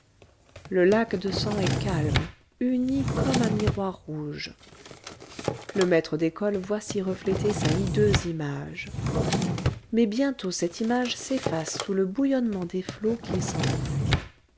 le lac de sang est calme uni comme un miroir rouge le maître d'école voit s'y refléter sa hideuse image mais bientôt cette image s'efface sous le bouillonnement des flots qui s'enflent